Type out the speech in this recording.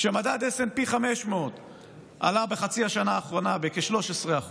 כשמדד smp500 עלה בחצי השנה האחרונה בכ-13%,